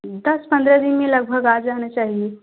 दस पंद्रह दिन में लगभग आ जाना चाहिए